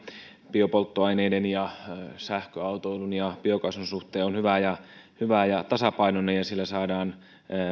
biopolttoaineiden sähköautoilun ja biokaasun suhteen on hyvä ja tasapainoinen ja sillä saadaan